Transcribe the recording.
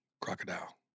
Crocodile